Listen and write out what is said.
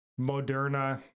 moderna